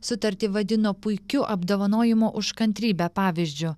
sutartį vadino puikiu apdovanojimo už kantrybę pavyzdžiu